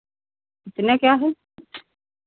कितने का है